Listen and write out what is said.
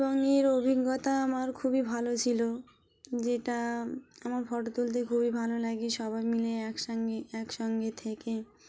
এবং এর অভিজ্ঞতা আমার খুবই ভালো ছিল যেটা আমার ফটো তুলতে খুবই ভালো লাগে সবাই মিলে একসঙ্গে একসঙ্গে থেকে